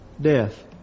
death